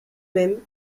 même